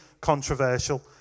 controversial